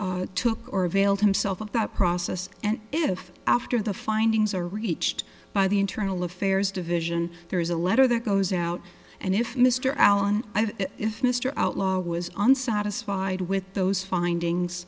took or availed himself of that process and if after the findings are reached by the internal affairs division there is a letter that goes out and if mr allen if mr outlaw was unsatisfied with those findings